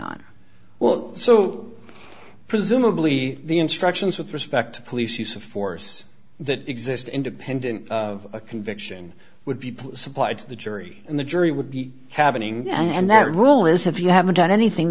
on well so presumably the instructions with respect to police use of force that exist independent of a conviction would be put supplied to the jury and the jury would be happening and that rule is if you haven't done anything